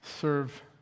Serve